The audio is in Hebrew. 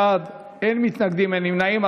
31 בעד, אין מתנגדים ואין נמנעים.